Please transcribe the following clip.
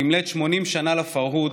במלאות 80 שנה לפרהוד,